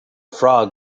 frog